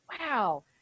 wow